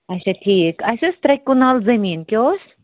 اچھا ٹھیٖک اَسہ اوس ترٛےٚ کنال زٔمیٖن کیاہ اوس